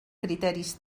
criteris